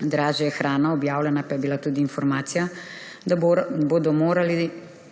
dražja je hrana, objavljena pa je bila tudi informacija, da bodo morali